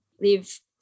live